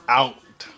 out